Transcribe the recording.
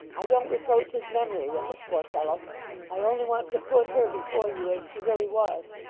i don't reproach his memory with it, poor fellow i only want to put her before you as she really was.